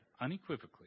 unequivocally